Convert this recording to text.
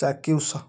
ଚାକ୍ଷୁଷ